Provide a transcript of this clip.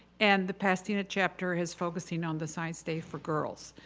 and the pasadena chapter is focusing on the science day for girls,